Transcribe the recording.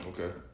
Okay